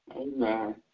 Amen